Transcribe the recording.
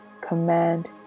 command